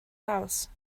house